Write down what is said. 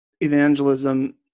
evangelism